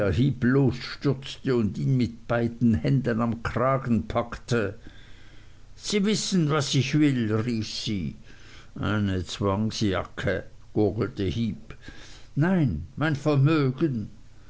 und ihn mit beiden händen am kragen packte sie wissen was ich will rief sie eine zwangsjacke gurgelte heep nein mein vermögen